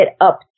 up